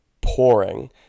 pouring